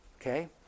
Okay